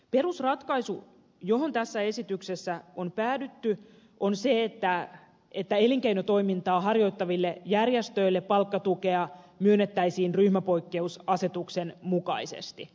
perusratkaisu johon tässä esityksessä on päädytty on se että elinkeinotoimintaa harjoittaville järjestöille palkkatukea myönnettäisiin ryhmäpoikkeusasetuksen mukaisesti